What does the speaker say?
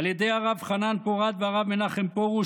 על ידי הרב חנן פורת והרב מנחם פרוש,